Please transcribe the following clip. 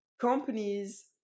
companies